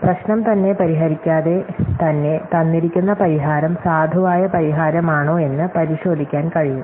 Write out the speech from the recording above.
പ്രശ്നം തന്നെ പരിഹരിക്കാതെ തന്നെ തന്നിരിക്കുന്ന പരിഹാരം സാധുവായ പരിഹാരമാണോ എന്ന് പരിശോധിക്കാൻ കഴിയും